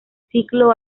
ciclo